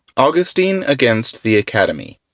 augustine against the academy,